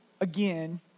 again